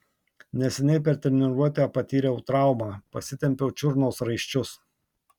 neseniai per treniruotę patyriau traumą pasitempiau čiurnos raiščius